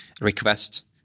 request